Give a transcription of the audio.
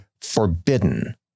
forbidden